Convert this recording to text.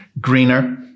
greener